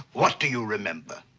what do you remember?